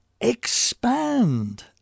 expand